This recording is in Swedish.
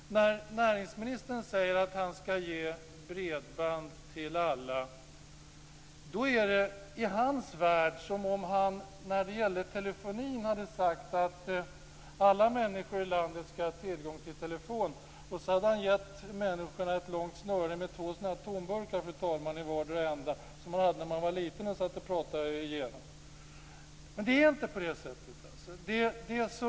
När näringsministern säger att han ska ge bredband till alla är det som om han när det gäller telefonin hade sagt att alla människor i landet ska få tillgång till telefon och sedan hade gett varje människa ett långt snöre med en tomburk i vardera änden, en sådan där anordning som man satt och pratade i när man var liten.